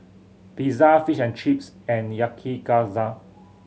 Pizza Fish and Chips and Yakizakana